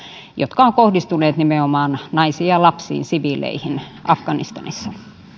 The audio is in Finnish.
jotka ovat kohdistuneet nimenomaan naisiin ja lapsiin siviileihin afganistanissa